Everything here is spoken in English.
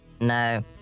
no